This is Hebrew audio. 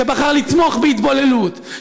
שבחר לתמוך בהתבוללות,